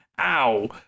ow